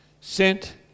sent